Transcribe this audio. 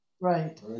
Right